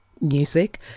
music